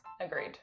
Agreed